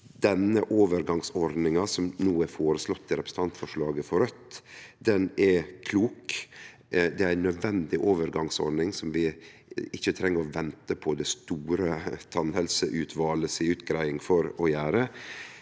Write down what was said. denne overgangsordninga, som no er føreslått i representantforslaget frå Raudt, er klok. Det er ei nødvendig overgangsordning som vi ikkje treng å vente på det store tannhelseutvalet si utgreiing for å gjere.